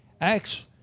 Acts